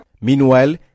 meanwhile